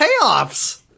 payoffs